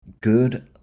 Good